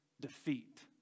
defeat